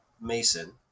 Mason